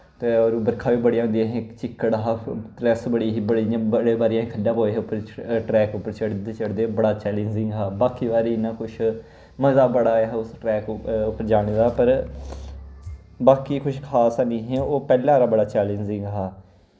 ते बरखां बी बड़ियां होआ दियां हां चिक्कड़ हा तलैह्स बड़ी ही बड़ी बारी अस खड्डा पे हे ट्रैक उप्पर चढ़दे चढ़दे बड़ा चैलेंजिंग हा बाकी बारी इन्ना मजा बड़ा आया दा ट्रैक उप्पर जाने दा उप्पर बाकी कोई खास निं हा पैह्लें आह्ला बड़ा चैलेंजिंग हा